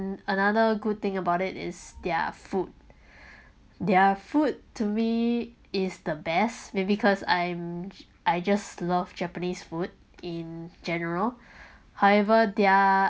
another good thing about it is their food their food to me is the best may because I'm I just love japanese food in general however their